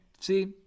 see